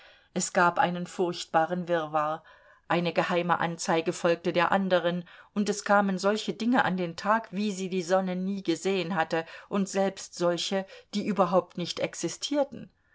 es gab einen furchtbaren wirrwarr eine geheime anzeige folgte der anderen und es kamen solche dinge an den tag wie sie die sonne nie gesehen hatte und selbst solche die überhaupt nicht existierten